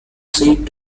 said